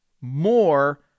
more